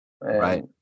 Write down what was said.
Right